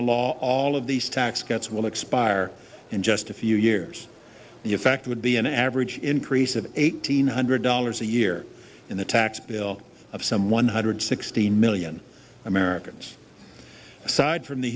the law all of these tax cuts will expire in just a few years the effect would be an average increase of eighteen hundred dollars a year in the tax bill of some one hundred sixteen million americans aside from the